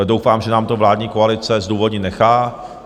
Doufám, že nám to vládní koalice zdůvodnit nechá.